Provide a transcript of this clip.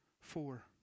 four